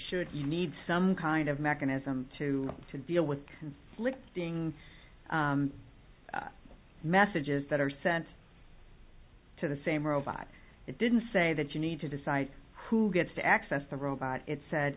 should need some kind of mechanism to to deal with little being messages that are sent to the same robot it didn't say that you need to decide who gets to access the robot it said